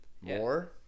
more